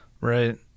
Right